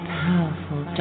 powerful